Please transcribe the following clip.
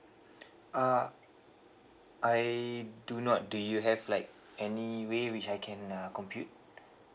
uh I do not do you have like any way which I can uh compute